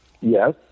Yes